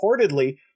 reportedly